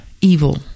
evil